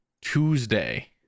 Tuesday